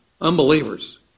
unbelievers